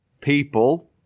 people